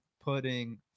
putting